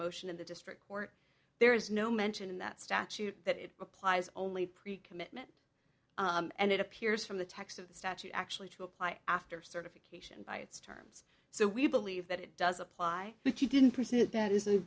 motion in the district court there is no mention in that statute that it applies only pre commitment and it appears from the text of the statute actually to apply after certification by its terms so we believe that it does apply but she didn't present that is a